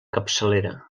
capçalera